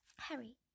Harry